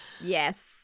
Yes